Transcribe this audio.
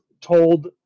told